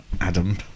Adam